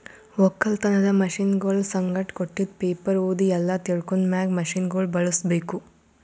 ಒಕ್ಕಲತನದ್ ಮಷೀನಗೊಳ್ ಸಂಗಟ್ ಕೊಟ್ಟಿದ್ ಪೇಪರ್ ಓದಿ ಎಲ್ಲಾ ತಿಳ್ಕೊಂಡ ಮ್ಯಾಗ್ ಮಷೀನಗೊಳ್ ಬಳುಸ್ ಬೇಕು